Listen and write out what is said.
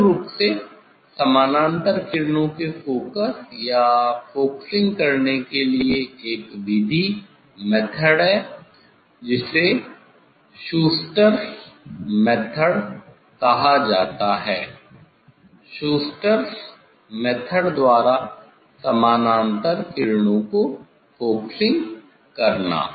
मूल रूप से समानांतर किरणों के फोकस या फोकसिंग करने के लिए एक विधि है जिसे शूस्टरस मेथड Schuster's method कहा जाता है शूस्टरस मेथड द्वारा समानांतर किरणों को फोकसिंग करना